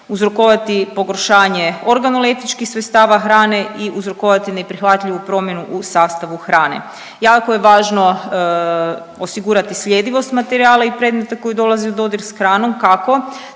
uzrokovati pogoršanje organoleptičkih svojstava hrane i uzrokovati neprihvatljivu promjenu u sastavu hrane. Jako je važno osigurati sljedivost materijala i predmeta koji dolazi u dodir s hranom. Kako?